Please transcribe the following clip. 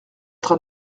train